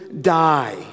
die